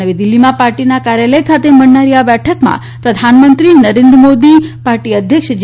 નવી દિલ્ફીમાં પાર્ટીના કાર્યાલય ખાતે મળનારી આ બેઠકમાં પ્રધાનમંત્રી નરેન્દ્ર મોદી પાર્ટી અધ્યક્ષ જે